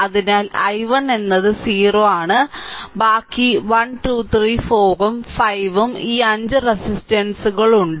അതിനാൽ i1 എന്നത് 0 ആണ് ബാക്കി 1 2 3 4 ഉം 5 ഉം ഈ 5 റെസിസ്റ്ററുകൾ ഉണ്ട്